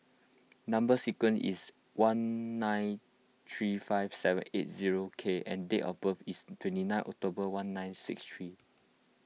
Number Sequence is one nine three five seven eight zero K and date of birth is twenty nine October one nine six three